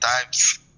times